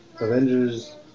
Avengers